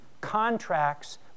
contracts